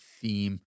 theme